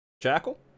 Jackal